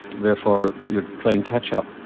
therefore you're playing catch up?